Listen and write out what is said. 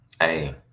Hey